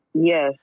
yes